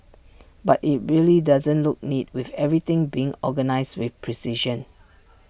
but IT really doesn't look neat with everything being organised with precision